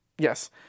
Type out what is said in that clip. Yes